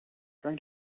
trying